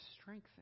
strengthen